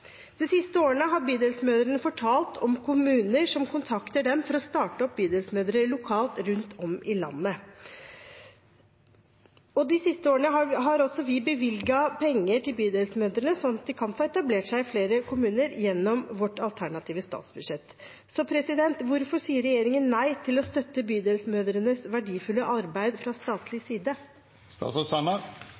De siste årene har Bydelsmødre fortalt om kommuner som kontakter dem for å starte opp Bydelsmødre lokalt rundt om i landet. De siste årene har vi også bevilget penger til Bydelsmødre gjennom vårt alternative statsbudsjett, slik at de kan få etablert seg i flere kommuner. Hvorfor sier regjeringen nei til å støtte Bydelsmødres verdifulle arbeid fra statlig